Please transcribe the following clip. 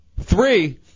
Three